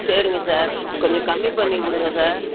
சரிங்க சார் கொஞ்சம் கம்மி பண்ணிக் கொடுங்க சார்